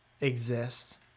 exist